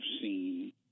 seen